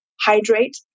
hydrate